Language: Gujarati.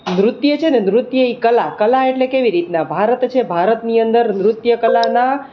નૃત્ય છે ને નૃત્ય એ કલા કલા એટલે કેવી રીતના ભારત જ ભારતની અંદર નૃત્ય કલાના